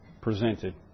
presented